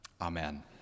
Amen